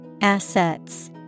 Assets